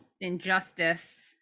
injustice